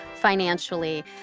financially